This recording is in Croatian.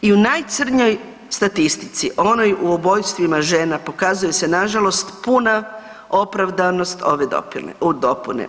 I u najcrnjoj statistici, onoj u ubojstvima žena pokazuje se nažalost puna opravdanost ove dopune.